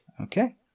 Okay